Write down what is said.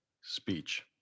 speech